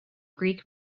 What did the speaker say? greek